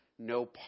No